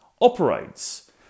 operates